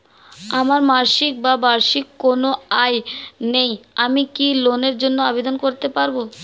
আমার মাসিক বা বার্ষিক কোন আয় নেই আমি কি লোনের জন্য আবেদন করতে পারব?